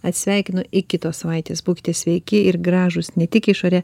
atsisveikinu iki kitos savaitės būkite sveiki ir gražūs ne tik išore